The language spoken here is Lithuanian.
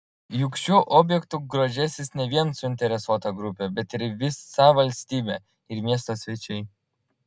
juk šiuo objektu grožėsis ne vien suinteresuota grupė bet ir visa valstybė ir miesto svečiai